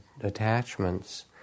attachments